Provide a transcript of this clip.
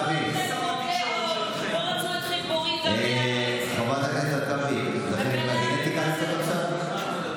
חברת הכנסת הרכבי, זה חלק מהגנטיקה, עכשיו?